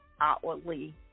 outwardly